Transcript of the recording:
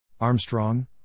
Armstrong